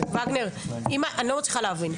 לילך, אני לא מצליחה להבין.